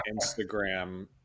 Instagram